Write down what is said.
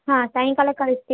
ಹಾಂ ಸಾಯಂಕಾಲ ಕಳಿಸಿ